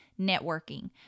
networking